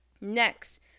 Next